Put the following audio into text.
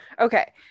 Okay